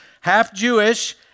half-Jewish